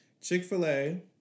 Chick-fil-A